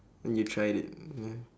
you tried it ya